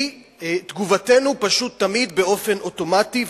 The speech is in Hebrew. כי תגובתנו תמיד באופן אוטומטי,